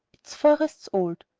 its forests old.